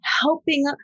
helping